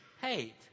hate